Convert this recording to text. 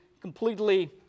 completely